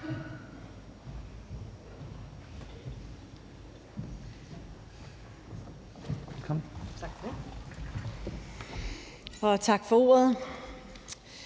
tak for ordet.